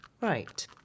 Right